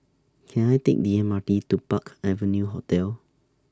Can I Take The M R T to Park Avenue Hotel